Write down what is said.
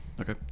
Okay